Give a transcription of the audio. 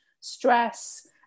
stress